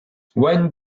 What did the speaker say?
wayne